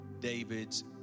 David's